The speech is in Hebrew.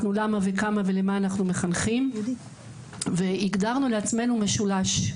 למה וכמה ולמה אנחנו מחנכים והגדרנו לעצמנו משולש.